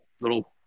little